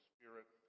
Spirit